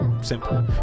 Simple